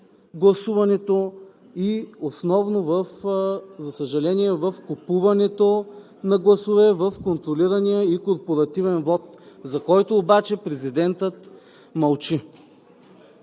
гласуването и основно, за съжаление, в купуването на гласове, в контролирания и корпоративен вот, за който обаче президентът мълчи.